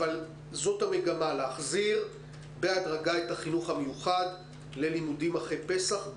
אבל זו המגמה: להחזיר בהדרגה את החינוך המיוחד ללימודים אחרי פסח,